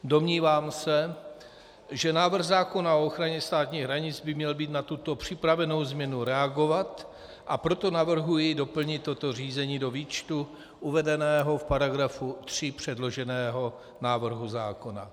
Domnívám se, že návrh zákona o ochraně státních hranic by měl na tuto připravenou změnu reagovat, a proto navrhuji doplnit toto řízení do výčtu uvedeného v § 3 předloženého návrhu zákona.